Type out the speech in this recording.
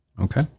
Okay